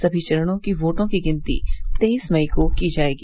सभी चरणों की वोटों की गिनती तेईस मई को की जाएगी